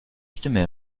stimme